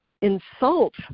insult